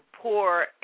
poor